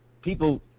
people